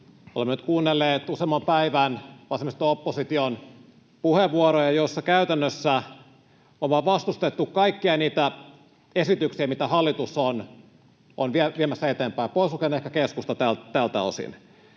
Olemme nyt kuunnelleet useamman päivän vasemmisto-opposition puheenvuoroja, joissa käytännössä on vain vastustettu kaikkia niitä esityksiä, mitä hallitus on viemässä eteenpäin, pois lukien ehkä keskusta tältä osin.